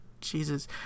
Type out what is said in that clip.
Jesus